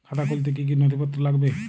খাতা খুলতে কি কি নথিপত্র লাগবে?